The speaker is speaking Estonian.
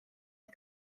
end